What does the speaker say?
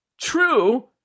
true